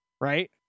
right